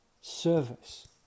service